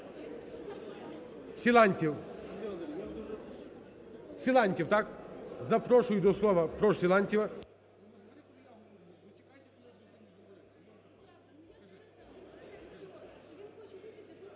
Силантьєв. Силантьєв, так? Прошу до слова Силантьєва.